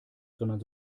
sondern